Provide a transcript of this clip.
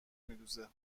میدوزه